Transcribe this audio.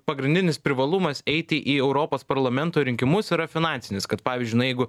pagrindinis privalumas eiti į europos parlamento rinkimus yra finansinis kad pavyzdžiui na jeigu